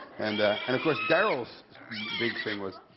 and and of course, darrell's big thing was,